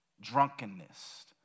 drunkenness